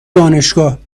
دانشگاهمی